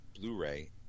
Blu-ray